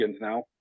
now